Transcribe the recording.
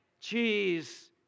cheese